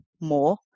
more